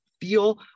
feel